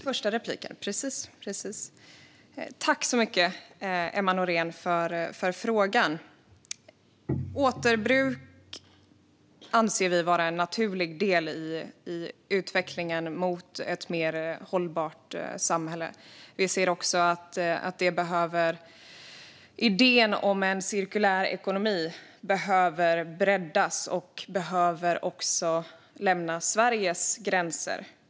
Herr talman! Tack så mycket, Emma Nohrén, för frågan! Återbruk anser vi vara en naturlig del i utvecklingen i riktning mot ett mer hållbart samhälle. Vi ser också att idén om en cirkulär ekonomi behöver breddas och även nå utanför Sveriges gränser.